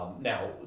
Now